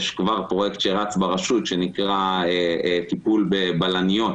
יש כבר פרויקט שרץ ברשות שנקרא טיפול בבלניות.